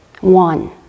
One